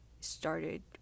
started